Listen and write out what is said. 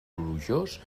plujós